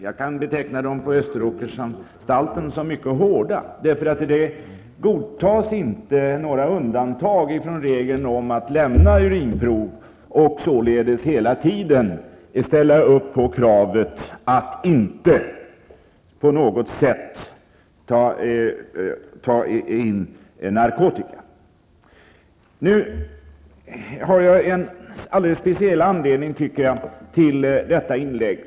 Jag kan beteckna reglerna på Österåkersanstalten som mycket hårda. Där godtas inte några undantag från regeln om att de intagna skall lämna urinprov. De skall således hela tiden ställa upp på kravet att inte på något sätt ta in narkotika på anstalten. Nu har jag en alldeles speciell anledning till detta inlägg.